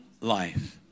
life